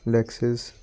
Lexus